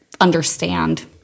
understand